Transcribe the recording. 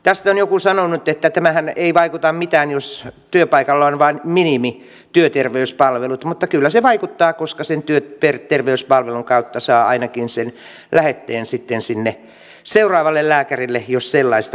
tästä on joku sanonut että tämähän ei vaikuta mitään jos työpaikalla on vain minimityöterveyspalvelut mutta kyllä se vaikuttaa koska sen työterveyspalvelun kautta saa ainakin sen lähetteen sitten sinne seuraavalle lääkärille jos sellaista tarvitaan